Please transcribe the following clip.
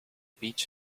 beach